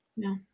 No